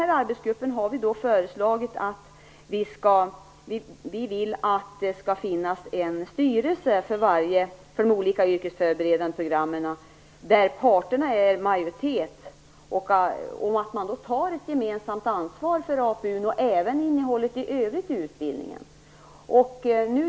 I arbetsgruppen har vi sagt att vi vill att det skall finnas en styrelse för de yrkesförberedande programmen, där parterna är i majoritet. Man bör där ta ett gemensamt ansvar för APU och även för utbildningen i övrigt.